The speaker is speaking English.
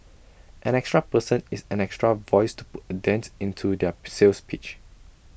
an extra person is an extra voice to put A dent into their per sales pitch